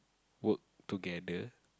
work together